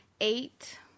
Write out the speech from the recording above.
eight